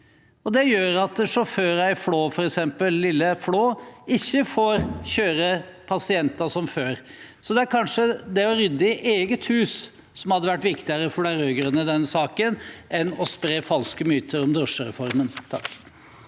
Det gjør at sjåførene i f.eks. lille Flå ikke får kjøre pasienter som før. Så kanskje det å rydde i eget hus hadde vært viktigere for de rød-grønne i denne saken enn å spre falske myter om drosjereformen.